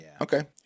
Okay